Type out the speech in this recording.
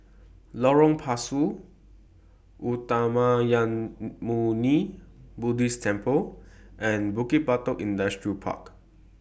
Lorong Pasu Uttamayanmuni Buddhist Temple and Bukit Batok Industrial Park